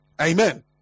Amen